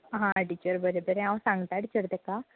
हा टिचर बरें बरें हांव सांगतां टिचर तेका